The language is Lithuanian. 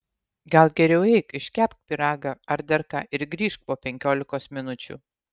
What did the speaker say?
gal geriau eik iškepk pyragą ar dar ką ir grįžk po penkiolikos minučių